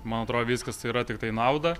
man atrodo viskas tai yra tiktai į naudą